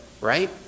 right